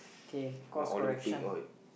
what Olympic oil